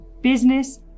business